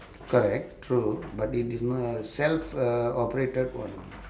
correct true but it is n~ self uh operated [one]